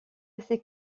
ses